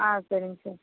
ஆ சரிங்க சார்